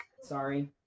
Sorry